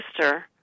sister